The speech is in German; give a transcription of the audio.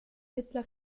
hitler